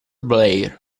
blair